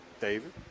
David